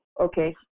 okay